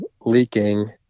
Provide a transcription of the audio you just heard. leaking